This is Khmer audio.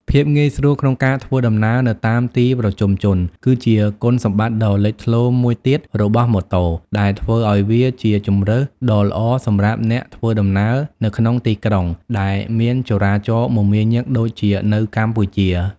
ភាពងាយស្រួលក្នុងការធ្វើដំណើរនៅតាមទីប្រជុំជន គឺជាគុណសម្បត្តិដ៏លេចធ្លោមួយទៀតរបស់ម៉ូតូ ដែលធ្វើឱ្យវាជាជម្រើសដ៏ល្អសម្រាប់អ្នកធ្វើដំណើរនៅក្នុងទីក្រុងដែលមានចរាចរណ៍មមាញឹកដូចជានៅកម្ពុជា។